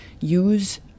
use